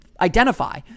identify